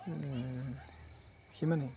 সিমানেই